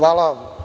Hvala.